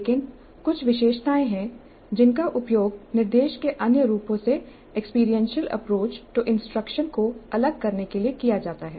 लेकिन कुछ विशेषताएं हैं जिनका उपयोग निर्देश के अन्य रूपों से एक्सपीरियंशियल अप्रोच टू इंस्ट्रक्शन को अलग करने के लिए किया जाता है